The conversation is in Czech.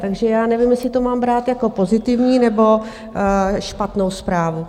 Takže nevím, jestli to mám brát jako pozitivní, nebo špatnou zprávu.